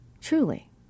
Truly